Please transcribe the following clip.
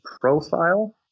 profile